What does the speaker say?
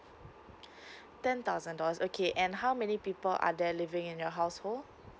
ten thousand dollars okay and how many people are there living in your household